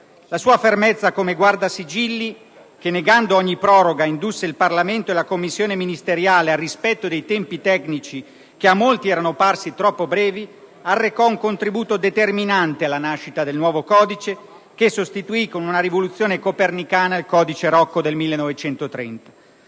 La sua fermezza come Guardasigilli, che negando ogni proroga indusse il Parlamento e la commissione ministeriale al rispetto dei tempi tecnici che a molti erano parsi troppo brevi, portò un contributo determinante alla nascita del nuovo codice che sostituì, con una rivoluzione copernicana, il codice Rocco del 1930.